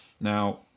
Now